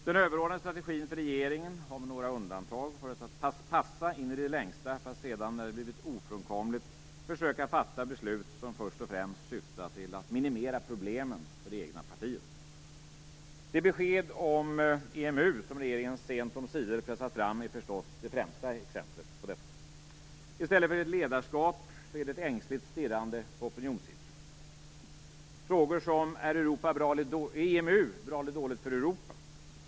Den överordnade strategin för regeringen har med några undantag varit att passa in i det längsta för att sedan, när det blivit ofrånkomligt, försöka fatta beslut som först främst syftar till att minimera problemen för det egna partiet. Det besked om EMU som regeringen sent omsider pressat fram är förstås det främsta exemplet på detta. I stället för ett ledarskap är det ett ängsligt stirrande på opinionssiffror. Vi har frågor som: Är EMU bra eller dåligt för Europa?